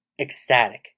ecstatic